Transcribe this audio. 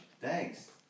Thanks